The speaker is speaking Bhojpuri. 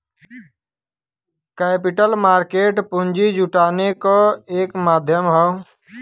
कैपिटल मार्केट पूंजी जुटाने क एक माध्यम हौ